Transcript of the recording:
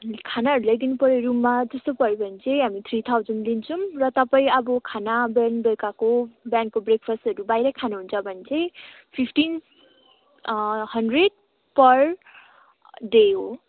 खानाहरू ल्याइदिनुपऱ्यो रुममा त्यस्तो चाहियो भने चाहिँ हामी थ्री थाउजन्ड लिन्छौँ र तपाईँ अब खाना बिहान बेलुकाको बिहानको ब्रेकफास्टहरू बाहिरै खानुहुन्छ भने चाहिँ फिफ्टिन हन्ड्रेड पर डे हो